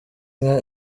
inka